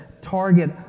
target